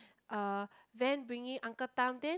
uh van bringing uncle Tham then